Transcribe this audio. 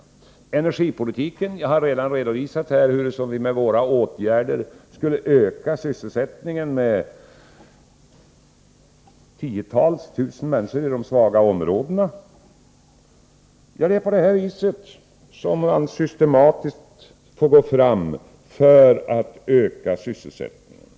Beträffande energipolitiken har jag redan redovisat här hurusom vi med våra åtgärder skulle ge tiotusentals arbetstillfällen i de sysselsättningssvaga områdena. Man får gå fram systematiskt på detta sätt om man skall kunna öka sysselsättningen.